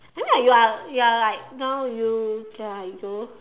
then like you are you are like now you ya you